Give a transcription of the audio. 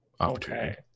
okay